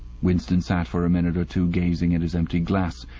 winston sat for a minute or two gazing at his empty glass,